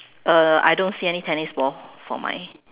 uh I don't see any tennis ball for mine